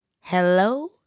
Hello